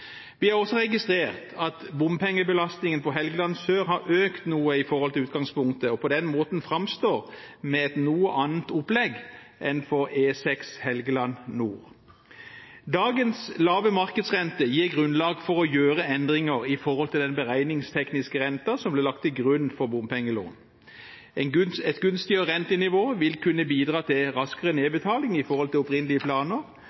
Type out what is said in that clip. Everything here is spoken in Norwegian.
Vi har også registrert at bompengebelastningen på Helgeland sør har økt noe i forhold til utgangspunktet og på den måten framstår med et noe annet opplegg enn for E6 Helgeland nord. Dagens lave markedsrente gir grunnlag for å gjøre endringer når det gjelder den beregningstekniske renten som ble lagt til grunn for bompengelån. Et gunstigere rentenivå vil kunne bidra til raskere nedbetaling i forhold til opprinnelige planer,